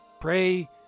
Pray